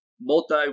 Multi